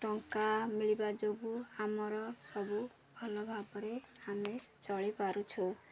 ଟଙ୍କା ମିଳିବା ଯୋଗୁଁ ଆମର ସବୁ ଭଲ ଭାବରେ ଆମେ ଚଳିପାରୁଛୁ